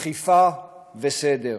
אכיפה וסדר.